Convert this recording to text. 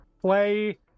play